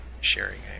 sharing